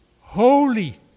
holy